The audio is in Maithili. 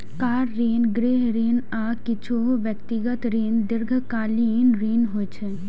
कार ऋण, गृह ऋण, आ किछु व्यक्तिगत ऋण दीर्घकालीन ऋण होइ छै